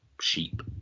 sheep